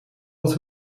wat